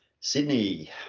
Sydney